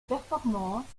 performances